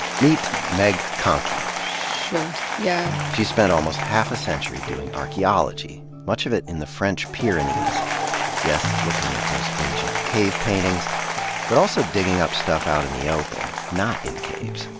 meet meg conkey. sure, yeah. she spent almost half a century doing archaeology, much of it in the french pyrenees yes, looking at those ancient cave paintings but also digging up stuff out in the open, not in caves.